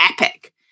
epic